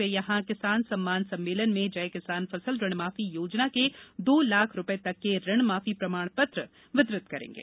वे यहां किसान सम्मान सम्मेलन में जय किसान फसल ऋण माफी योजना के दो लाख रूपये तक के ऋण माफी प्रमाण पत्र वितरित करेंगे